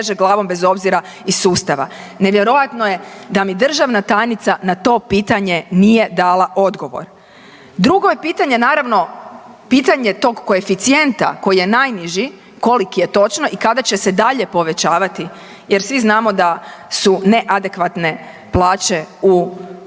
Nevjerojatno je da mi državna tajnica na to pitanje nije dala odgovor. Drugo je pitanje naravno pitanje tog koeficijenta koji je najniži, koliki je točno i kada će se dalje povećavati jer svi znamo da su neadekvatne plaće unutar